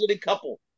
couple